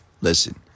Listen